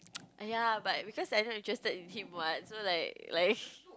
ya but because I'm not interested in him what so like like